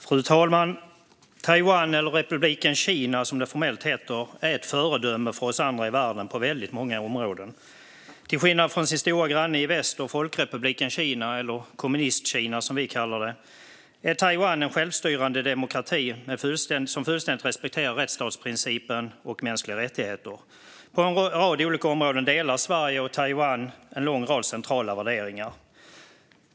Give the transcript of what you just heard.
Fru talman! Taiwan, eller Republiken Kina som det formellt heter, är ett föredöme för oss andra i världen på väldigt många områden. Till skillnad från sin stora granne i väst, Folkrepubliken Kina eller Kommunistkina som vi kallar det, är Taiwan en självstyrande demokrati som fullständigt respekterar rättsstatsprincipen och mänskliga rättigheter. På en rad olika områden delar Sverige och Taiwan centrala värderingar.